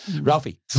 Ralphie